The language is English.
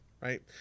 right